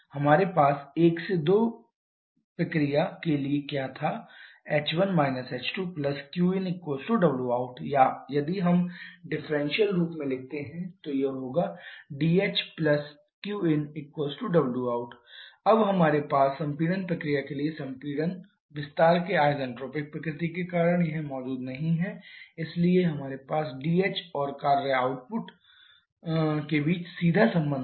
हमारे पास 1 2 से एक प्रक्रिया के लिए क्या था h1 h2qinwout या यदि हम डिफरेंशियल रूप में लिखते हैं dh𝛿qin𝛿wout अब हमारे पास संपीड़न प्रक्रिया के लिए संपीड़न विस्तार के आइसन्ट्रोपिक प्रकृति के कारण यह मौजूद नहीं है इसलिए हमारे पास dh और आउटपुट कार्य के बीच सीधा संबंध है